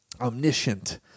Omniscient